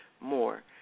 more